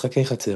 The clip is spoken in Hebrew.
משחקי חצר.